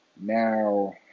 now